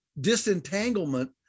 disentanglement